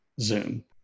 zoom